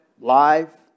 live